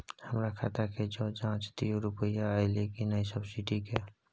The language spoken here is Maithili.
हमर खाता के ज जॉंच दियो रुपिया अइलै की नय सब्सिडी के?